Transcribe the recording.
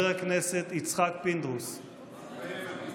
מתחייב אני.